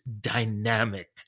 dynamic